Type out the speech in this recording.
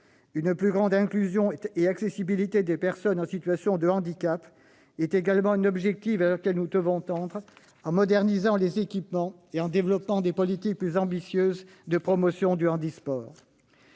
Une plus grande inclusion et une meilleure accessibilité des personnes en situation de handicap constituent également un objectif vers lequel nous devons tendre en modernisant les équipements et en développant des politiques plus ambitieuses de promotion du handisport.